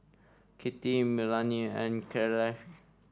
Kittie Melanie and Kyleigh